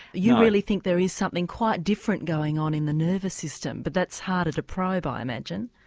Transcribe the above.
you really think there is something quite different going on in the nervous system but that's harder to probe i imagine?